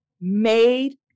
made